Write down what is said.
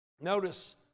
Notice